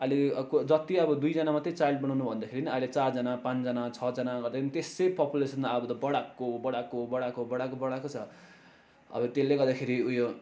अहिले जति अब दुईजना मात्रै चाइल्ड बनाउनु भन्दाखेरि अहिले चारजना पाँचजना छजना गर्दै पनि त्यसै पपुलेसन अब त बढाएको बढाएको बढाएको बढाएको बढाएको छ अब त्यसले गर्दाखेरि उयो